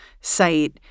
site